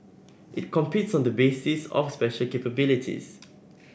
it competes on the basis of special capabilities